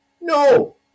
no